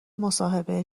مصاحبه